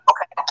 Okay